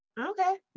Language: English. Okay